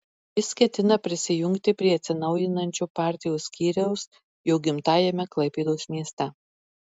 jis ketina prisijungti prie atsinaujinančio partijos skyriaus jo gimtajame klaipėdos mieste